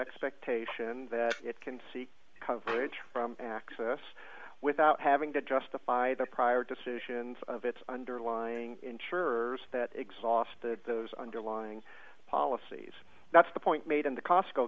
expectation that it can seek coverage from access without having to justify the prior decisions of its underlying insurers that exhausted those underlying policies that's the point made in the cosco